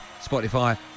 Spotify